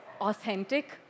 authentic